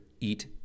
eat